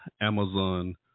Amazon